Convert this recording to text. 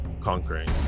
conquering